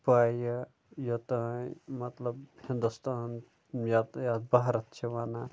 پَے یہِ یوٚتانۍ مطلب ہِنٛدوستان یَتھ یَتھ بھارَت چھِ وَنان